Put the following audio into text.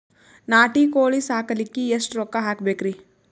ನಾಟಿ ಕೋಳೀ ಸಾಕಲಿಕ್ಕಿ ಎಷ್ಟ ರೊಕ್ಕ ಹಾಕಬೇಕ್ರಿ?